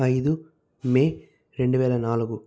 ఐదు మే రెండు వేల నాలుగు